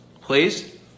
please